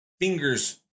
fingers